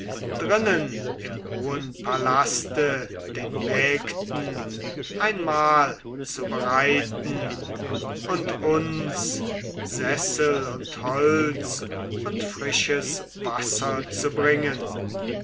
drinnen im hohen palaste den mägden ein mahl zu bereiten und uns sessel und holz und frisches wasser zu bringen